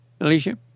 Alicia